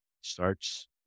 starts